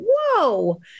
whoa